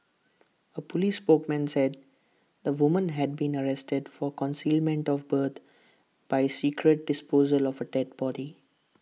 A Police spokesman said the woman had been arrested for concealment of birth by secret disposal of A dead body